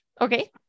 Okay